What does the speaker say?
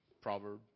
proverb